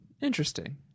Interesting